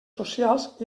socials